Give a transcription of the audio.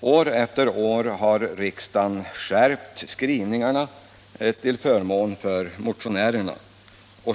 År efter år har riksdagen skärpt skrivningarna till förmån för motionärerna.